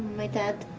my dad,